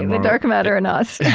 and the dark matter in us.